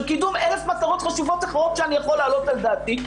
של קידום אלף מטרות חשובות אחרות שאני יכול להעלות על דעתי,